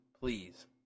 Please